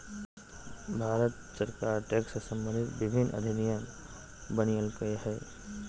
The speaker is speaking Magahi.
भारत सरकार टैक्स से सम्बंधित विभिन्न अधिनियम बनयलकय हइ